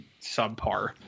subpar